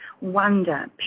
wonder